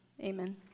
Amen